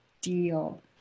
deal